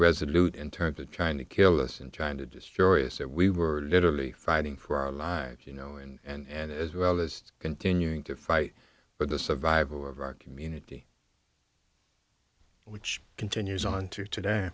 resolute in terms of trying to kill us and trying to destroy us that we were literally fighting for our lives you know and as well as continuing to fight but the survival of our community which continues on to today